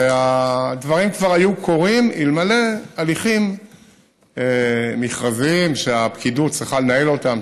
הדברים כבר היו קורים אלמלא הליכים מכרזיים שהפקידות צריכה לנהל אותם,